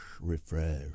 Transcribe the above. Refresh